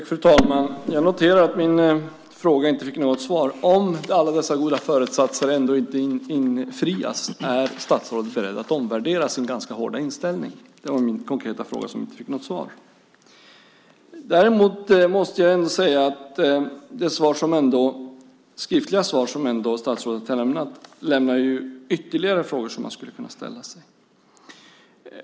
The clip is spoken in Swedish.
Fru talman! Jag noterar att min fråga inte fick något svar: Om alla dessa goda föresatser inte infrias, är statsrådet beredd att omvärdera sin ganska hårda inställning? Det var min konkreta fråga som inte fick något svar. Däremot måste jag säga att det skriftliga svar som statsrådet har lämnat ger ytterligare frågor som man skulle kunna ställa sig.